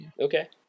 Okay